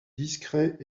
discrets